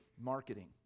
marketing